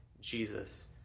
Jesus